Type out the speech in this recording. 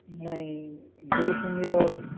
नहीं देखेंगे और